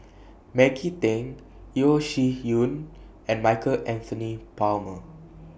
Maggie Teng Yeo Shih Yun and Michael Anthony Palmer